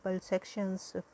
sections